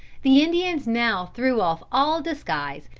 the indians now threw off all disguise,